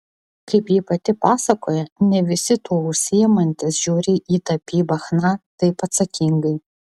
kaip ji pati pasakoja ne visi tuo užsiimantys žiūri į tapybą chna taip atsakingai